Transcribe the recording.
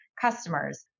customers